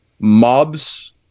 mobs